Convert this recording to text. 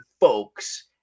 folks